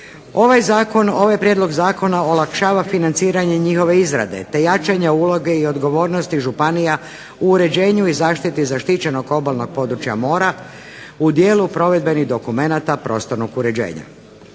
Ovaj Zakon, ovaj prijedlog zakona olakšava financiranje njihove izrade te jačanja uloge i odgovornosti županija u uređenju i zaštiti zaštićenog obalnog područja mora u dijelu provedbenih dokumenata prostornog uređenja.